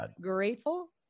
grateful